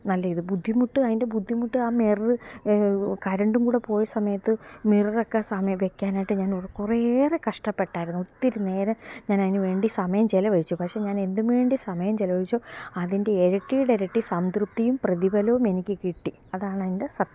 നല്ല ഇത് ബുദ്ധിമുട്ട് അതിൻ്റെ ബുദ്ധിമുട്ട് ആ മിറർ കറണ്ടും കൂടെ പോയ സമയത്ത് മിറർ ഒക്കെ സമയ് വയ്ക്കാനായിട്ട് ഞാൻ കുറേയേറെ കഷ്ടപ്പെട്ടിരുന്നു ഒത്തിരി നേരം ഞാൻ അതിനുവേണ്ടി സമയം ചിലവഴിച്ചു പക്ഷേ ഞാൻ എന്തും വേണ്ടി സമയം ചിലവഴിച്ചോ അതിൻ്റെ ഇരട്ടിയുടെ ഇരട്ടി സംതൃപ്തിയും പ്രതിഫലവും എനിക്ക് കിട്ടി അതാണ് അതിൻ്റെ സത്യം